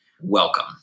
Welcome